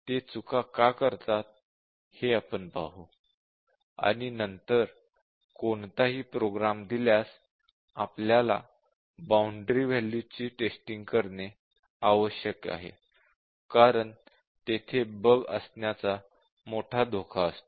ते चुका का करतात हे आपण पाहू आणि नंतर कोणताही प्रोग्राम दिल्यास आपल्याला बॉउंडरी वॅल्यूजची टेस्टिंग करणे आवश्यक आहे कारण तेथे बग्स असण्याचा मोठा धोका असतो